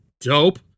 dope